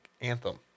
Anthem